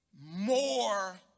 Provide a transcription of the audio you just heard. more